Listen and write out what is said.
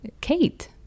Kate